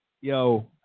yo